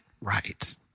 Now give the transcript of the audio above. right